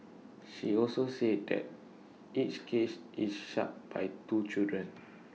she also said that each cage is shut by two children